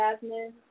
jasmine